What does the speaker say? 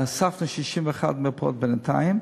הוספנו 61 מרפאות בינתיים,